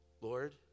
Lord